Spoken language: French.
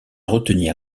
retenir